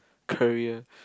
career